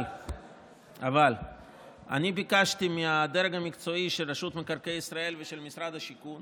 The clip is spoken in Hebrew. אבל אני ביקשתי מהדרג המקצועי של רשות מקרקעי ישראל ושל משרד השיכון